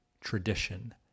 tradition